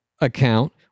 account